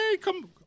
come